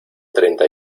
treinta